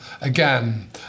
again